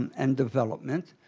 and development.